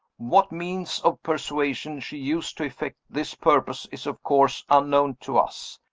what means of persuasion she used to effect this purpose is of course unknown to us.